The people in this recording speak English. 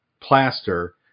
plaster